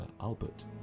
Albert